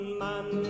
man